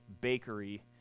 bakery